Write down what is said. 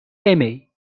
aimés